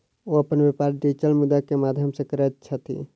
ओ अपन व्यापार डिजिटल मुद्रा के माध्यम सॅ करैत छथि